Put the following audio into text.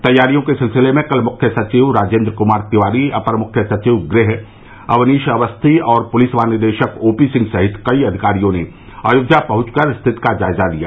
तैयारियों के सिलसिले में कल मुख्य सचिव राजेन्द्र कुमार तिवारी अपर मुख्य सचिव गृह अवनीश अवस्थी और पुलिस महानिदेशक ओपीसिंह सहित कई अधिकारियों ने अयोध्या पहुंच कर स्थिति का जायजा लिया